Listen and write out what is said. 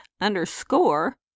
underscore